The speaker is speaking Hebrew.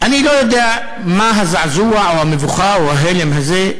אני לא יודע מה הזעזוע או המבוכה או ההלם הזה,